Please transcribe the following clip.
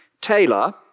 Taylor